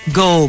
go